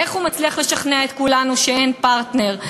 איך הוא מצליח לשכנע את כולנו שאין פרטנר,